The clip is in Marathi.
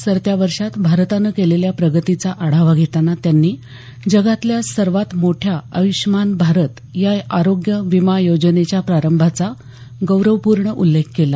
सरत्या वर्षात भारतानं केलेल्या प्रगतीचा आढावा घेताना त्यांनी जगातल्या सर्वात मोठ्या आय्ष्मान भारत या आरोग्य विमा योजनेच्या प्रारंभाचा गौरवपूर्ण उल्लेख केला